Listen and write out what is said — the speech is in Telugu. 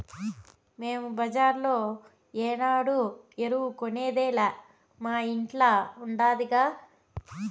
మేము బజార్లో ఏనాడు ఎరువు కొనేదేలా మా ఇంట్ల ఉండాదిగా